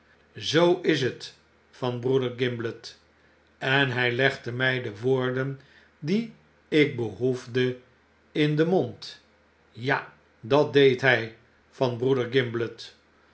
zoo is het van broeder gimblet en hij legde my de woorden die ik behoefde in den mond ja dat deed hy van broeder gimblet